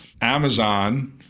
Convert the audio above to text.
Amazon